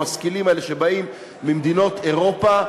המשכילים האלה שבאים ממדינות אירופה,